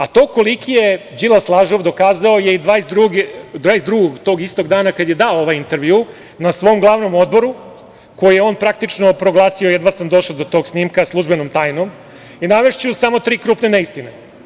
A to koliki je Đilas lažov dokazao je i 22-og, tog istog dana kada je dao ovaj intervjuu, na svom glavnom odboru, koji je on praktično proglasio, jedva sam došao do tog snimka, službenom tajnom, i navešću samo tri krupne neistine.